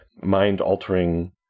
mind-altering